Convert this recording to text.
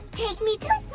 take me to